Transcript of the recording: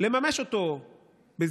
לממש אותו בזהירות.